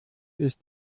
ist